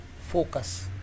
focus